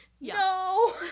No